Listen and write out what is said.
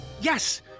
Yes